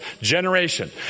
generation